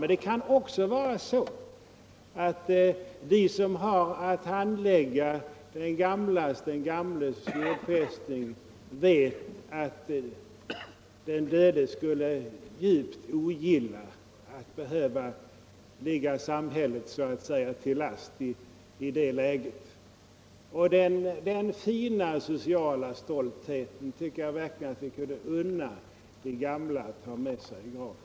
Men det kan också vara så att de som har att handlägga den gamles jordfästning vet att den döde skulle djupt ogilla att behöva så att säga ligga samhället till last i denna situation. Den fina sociala stoltheten tycker jag vi kan unna dessa gamla att ha med sig i graven.